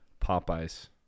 Popeyes